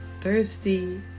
thirsty